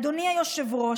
אדוני היושב-ראש,